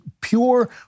pure